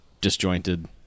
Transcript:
disjointed